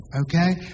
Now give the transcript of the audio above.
Okay